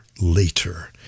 Later